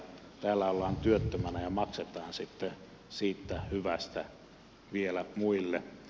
täällä ollaan työttömänä ja maksetaan sitten siitä hyvästä vielä muille